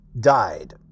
died